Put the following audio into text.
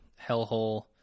Hellhole